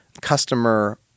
customer